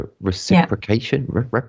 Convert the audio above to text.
reciprocation